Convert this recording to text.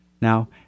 Now